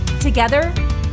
Together